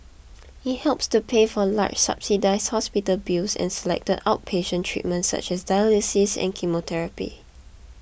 it helps to pay for large subsidised hospital bills and selected outpatient treatments such as dialysis and chemotherapy